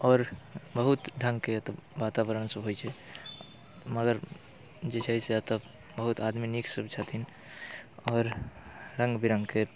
आओर बहुत ढङ्गके तऽ वातावरण सभ होइ छै मगर जे छै से एतय बहुत आदमी नीकसभ छथिन आओर रङ्ग बिरङ्गके